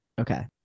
Okay